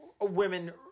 women